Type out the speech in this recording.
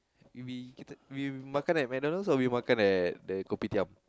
if we we catered we makan at McDonald's or we makan at the kopitiam